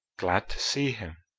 glad to see him.